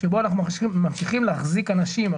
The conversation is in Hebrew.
שבו אנחנו ממשיכים להחזיק אנשים.